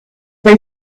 they